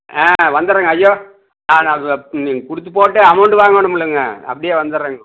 ஆ வந்துடுறேங்க ஐயோ ஆ நாங்கள் நீங்கள் கொடுத்து போட்டு அமௌண்ட் வாங்கணுமுலங்க அப்படியே வந்துடுறேங்கோ